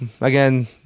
again